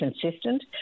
consistent